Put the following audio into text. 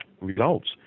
results